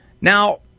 Now